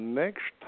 next